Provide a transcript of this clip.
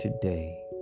today